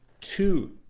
two